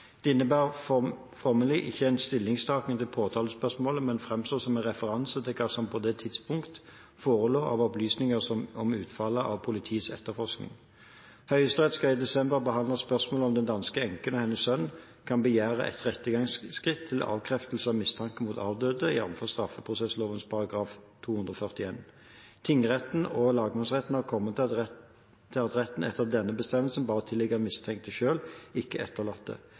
ikke en stillingtaken til påtalespørsmålet, men fremstår som en referanse til hva som på det tidspunktet forelå av opplysninger om utfallet av politiets etterforskning. Høyesterett skal i desember behandle spørsmålet om den danske enken og hennes sønn kan begjære rettergangsskritt til avkreftelse av mistanken mot avdøde, jf. straffeprosessloven § 241. Tingretten og lagmannsretten har kommet til at retten etter denne bestemmelsen bare tilligger mistenkte selv, ikke etterlatte.